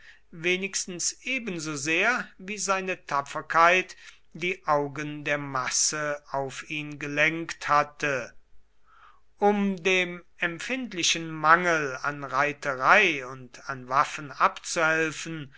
wenigstens ebensosehr wie seine tapferkeit die augen der masse auf ihn gelenkt hatte um dem empfindlichen mangel an reiterei und an waffen abzuhelfen